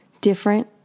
different